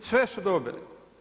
Sve su dobili.